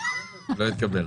הצבעה לא אושר לא התקבל.